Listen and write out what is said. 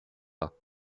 pas